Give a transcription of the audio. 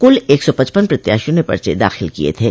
कुल एक सौ पचपन प्रत्याशियों ने पर्चे दाखिल किये थे